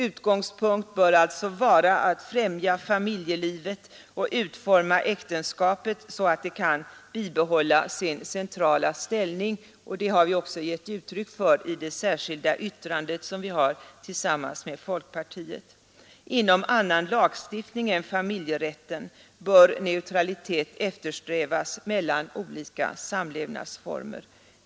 Utgångspunkt bör vara att främja familjelivet och utforma äktenskapet så att det kan bibehålla sin centrala ställning. Denna uppfattning har vi också givit uttryck för i det särskilda yttrande som vi har avgivit tillsammans med folkpartiet. Inom annan lagstiftning än familjerätten bör neutralitet eftersträvas mellan olika samlevnadsformer.